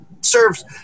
serves